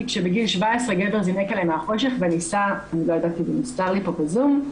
כשבגיל 17 גבר זינק עליי מהחושך וניסה לגרור אותי לחצר של בניין.